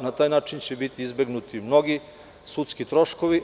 Na taj način će biti izbegnuti mnogi sudski troškovi,